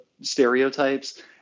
stereotypes